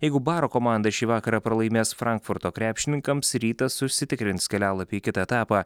jeigu baro komanda šį vakarą pralaimės frankfurto krepšininkams rytas užsitikrins kelialapį į kitą etapą